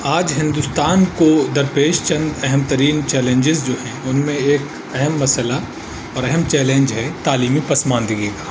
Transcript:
آج ہندوستان کو درپیش چند اہم ترین چیلنجز جو ہیں ان میں ایک اہم مسئلہ اور اہم چیلنج ہے تعلیمی پسماندگی کا